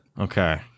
Okay